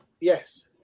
Yes